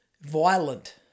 violent